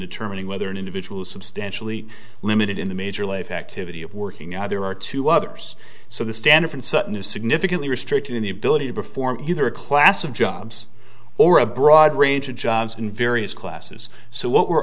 determining whether an individual substantially limited in the major life activity of working out there are two others so the standard sutton is significantly restricted in the ability to perform either a class of jobs or a broad range of jobs in various classes so what we're